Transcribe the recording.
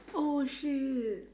oh shit